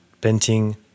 painting